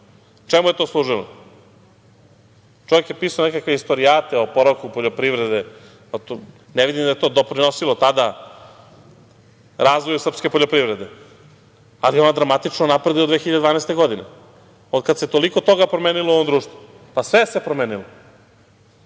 Čemu je to služilo? Čovek je pisao nekakve istorijate o oporavku poljoprivrede. Ne vidim da je to doprinosilo tada razvoju srpske poljoprivrede, ali ona dramatično napreduje od 2012. godine, od kada se toliko toga promenilo u ovom društvu. Sve se promenilo,